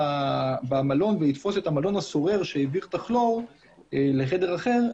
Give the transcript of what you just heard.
במלון ולתפוס את המלון הסורר שהעביר את הכלור לחדר אחר,